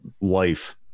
life